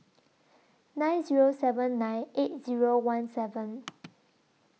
nine Zero seven nine eight Zero one seven